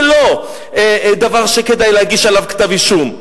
זה לא דבר שכדאי להגיש עליו כתב-אישום.